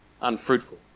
unfruitful